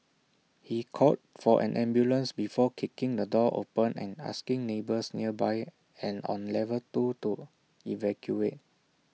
he called for an ambulance before kicking the door open and asking neighbours nearby and on level two to evacuate